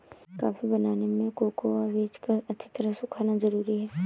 coffee बनाने में cocoa बीज का अच्छी तरह सुखना जरूरी है